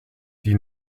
die